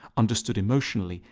understood emotionally,